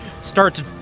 starts